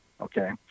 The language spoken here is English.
okay